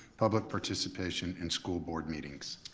public participation in school board meetings.